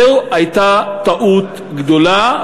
זו הייתה טעות גדולה,